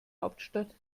hauptstadt